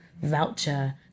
voucher